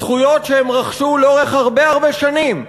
זכויות שהם רכשו לאורך הרבה הרבה שנים,